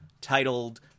titled